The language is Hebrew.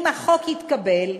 אם החוק יתקבל,